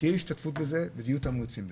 תהיה השתתפות בזה ויהיו תמריצים לזה,